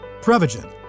Prevagen